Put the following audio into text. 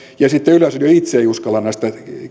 ja sitten yleisradio itse ei uskalla näistä